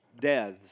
deaths